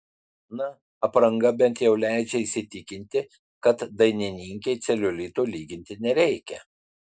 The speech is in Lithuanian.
na apranga bent jau leidžia įsitikinti kad dainininkei celiulito lyginti nereikia